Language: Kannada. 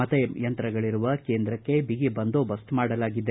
ಮತ ಯಂತ್ರಗಳರುವ ಕೇಂದ್ರಕ್ಕೆ ಬಗಿ ಬಂದೋಬಸ್ತ್ ಮಾಡಲಾಗಿದೆ